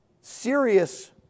serious